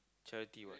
charity what